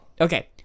okay